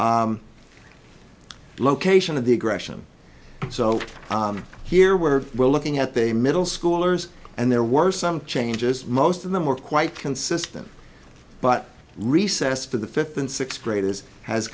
location of the gresham so here we're we're looking at the middle schoolers and there were some changes most of them were quite consistent but recess for the fifth and sixth graders has